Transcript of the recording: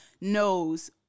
knows